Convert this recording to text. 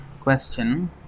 question